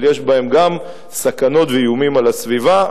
אבל יש בהם גם סכנות ואיומים על הסביבה,